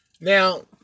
Now